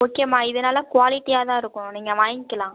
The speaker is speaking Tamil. ஓகேம்மா இது நல்லா குவாலிட்டியாக தான் இருக்கும் நீங்கள் வாய்ங்கிக்கலாம்